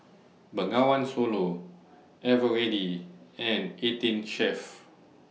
Bengawan Solo Eveready and eighteen Chef